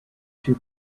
two